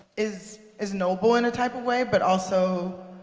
is is noble in a type of way, but also,